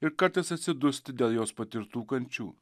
ir kartais atsidusti dėl jos patirtų kančių